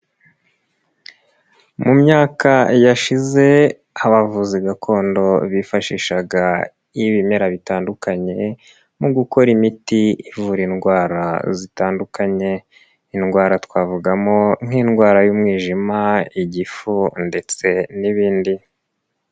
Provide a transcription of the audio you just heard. Mu myaka yashize abavuzi gakondo bifashishaga ibimera bitandukanye mu gukora imiti ivura indwara zitandukanye, indwara twavugamo nk'indwara y'umwijima, igifu ndetse n'ibindi.